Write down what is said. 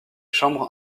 chambres